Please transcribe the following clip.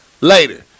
Later